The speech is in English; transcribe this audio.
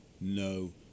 No